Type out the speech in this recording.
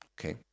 Okay